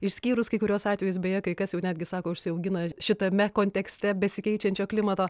išskyrus kai kuriuos atvejus beje kai kas jau netgi sako užsiaugina šitame kontekste besikeičiančio klimato